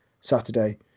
Saturday